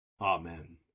Amen